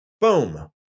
Boom